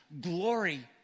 glory